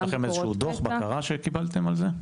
יש לכם איזשהו דוח בקרה שקיבלתם על זה?